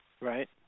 Right